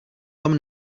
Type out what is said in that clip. tom